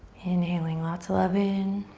inhaling lots of love in.